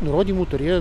nurodymų turėjo